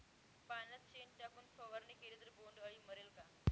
पाण्यात शेण टाकून फवारणी केली तर बोंडअळी मरेल का?